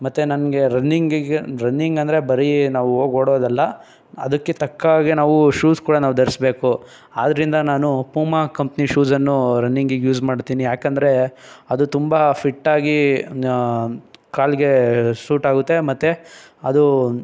ಮತ್ತು ನನಗೆ ರನ್ನಿಂಗಿಗೆ ರನ್ನಿಂಗಂದರೆ ಬರೀ ನಾವು ಹೋಗ್ ಓಡೋದಲ್ಲ ಅದಕ್ಕೆ ತಕ್ಕ ಹಾಗೆ ನಾವು ಶೂಸ್ ಕೂಡ ನಾವು ಧರಿಸ್ಬೇಕು ಆದ್ದರಿಂದ ನಾನು ಪೂಮಾ ಕಂಪ್ನಿ ಶೂಸನ್ನು ರನ್ನಿಂಗಿಗೆ ಯೂಸ್ ಮಾಡ್ತೀನಿ ಯಾಕಂದರೆ ಅದು ತುಂಬ ಫಿಟ್ಟಾಗಿ ಕಾಲಿಗೆ ಸೂಟಾಗುತ್ತೆ ಮತ್ತು ಅದು